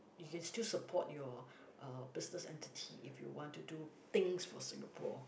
you can still support your uh business entity if you want to do things for Singapore